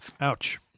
Ouch